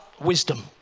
wisdom